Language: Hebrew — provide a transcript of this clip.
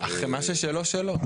מה ששלו שלו.